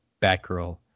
Batgirl